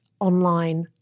online